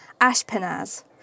Ashpenaz